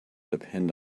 depend